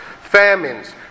famines